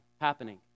happening